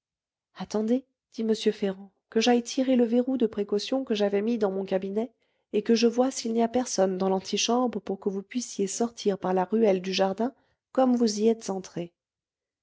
attendez dit m ferrand que j'aille tirer le verrou de précaution que j'avais mis dans mon cabinet et que je voie s'il n'y a personne dans l'antichambre pour que vous puissiez sortir par la ruelle du jardin comme vous y êtes entré